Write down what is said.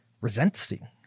resenting